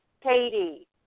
Katie